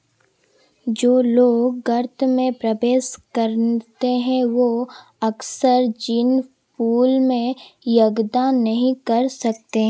जो लोग गर्त में प्रवेश करते हैं वे अक्सर जिन पूल में योगदान नहीं कर सकते